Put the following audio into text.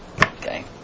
Okay